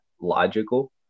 logical